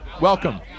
Welcome